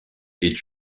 est